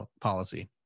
policy